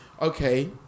okay